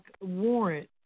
warrant